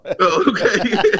Okay